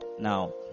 Now